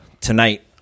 tonight